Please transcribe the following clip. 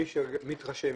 מי שמתרשם,